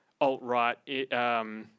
alt-right